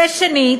ושנית,